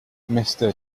mister